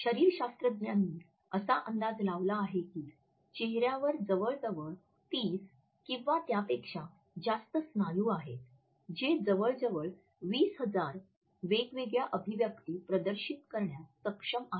शरीरशास्त्रज्ञांनी असा अंदाज लावला आहे की चेहऱ्यावर जवळजवळ ३० किंवा त्यापेक्षा जास्त स्नायू आहेत जे जवळजवळ २०००० वेगवेगळ्या अभिव्यक्ती प्रदर्शित करण्यास सक्षम आहेत